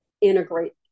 integrate